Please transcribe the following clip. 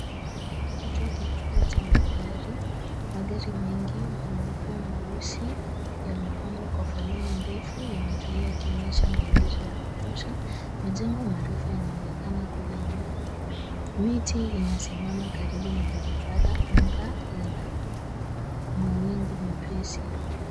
Kituo kikubwa cha mgari. Magari mengi meupe meusi yamepangwa kwa foleni ndefu yametulia yakionyesha maegesho ya kutosha. Majengo marefu yanaonekana kule nyuma. Miti imesimama karibu na barabara. Anga lina mawingu mepesi.